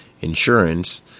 insurance